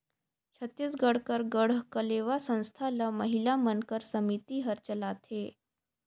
छत्तीसगढ़ कर गढ़कलेवा संस्था ल महिला मन कर समिति हर चलाथे